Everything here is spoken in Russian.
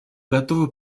готовы